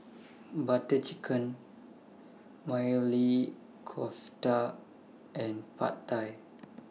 Butter Chicken Maili Kofta and Pad Thai